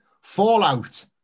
Fallout